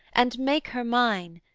and make her mine,